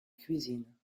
cuisine